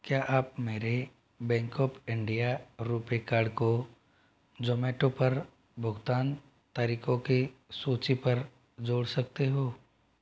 क्या आप मेरे bank of India RuPay card को जोमैटो पर भुगतान तरीकों की सूची पर जोड़ सकते हो